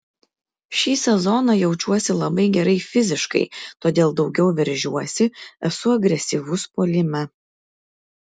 šį sezoną jaučiuosi labai gerai fiziškai todėl daugiau veržiuosi esu agresyvus puolime